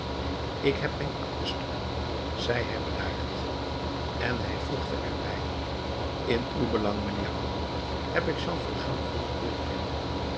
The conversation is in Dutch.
ik heb mijn aktestukken zeide hij bedaard en hij voegde er bij in uw belang mijnheer de baron heb ik jean valjean grondig willen kennen